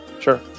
Sure